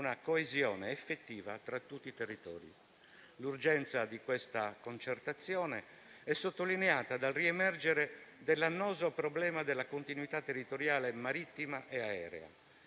L'urgenza di questa concertazione è sottolineata dal riemergere dell'annoso problema della continuità territoriale, marittima e aerea.